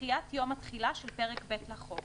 "דחיית יום התחילה של פרק ב' לחוק